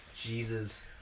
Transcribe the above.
Jesus